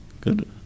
Good